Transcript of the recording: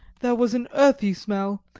there was an earthy smell,